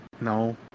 no